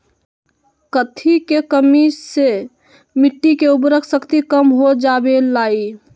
कथी के कमी से मिट्टी के उर्वरक शक्ति कम हो जावेलाई?